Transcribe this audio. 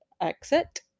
exit